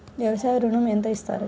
వ్యవసాయ ఋణం ఎంత ఇస్తారు?